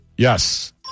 Yes